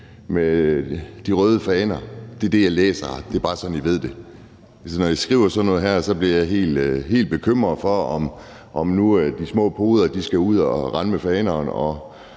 med de røde faner. Det er det, jeg læser. Det er bare, så I ved det. Når I skriver sådan noget her, bliver jeg helt bekymret for, om nu de små poder skal ud og rende med fanerne og